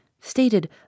stated